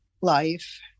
Life